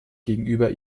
gegenüber